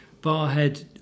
Barhead